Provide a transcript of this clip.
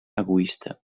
egoista